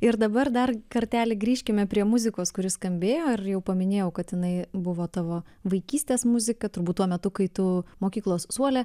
ir dabar dar kartelį grįžkime prie muzikos kuri skambėjo ir jau paminėjau kad jinai buvo tavo vaikystės muzika turbūt tuo metu kai tu mokyklos suole